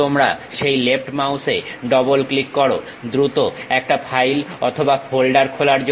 তোমরা সেই লেফট মাউসে ডবল ক্লিক করো দ্রুত একটা ফাইল অথবা ফোল্ডার খোলার জন্য